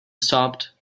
stopped